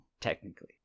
Technically